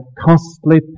costly